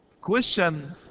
question